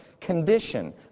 condition